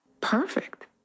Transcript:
perfect